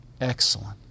Excellent